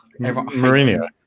Mourinho